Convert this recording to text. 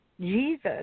Jesus